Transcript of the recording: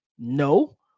No